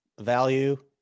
value